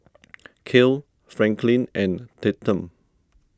Kale Franklin and Tatum